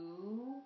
two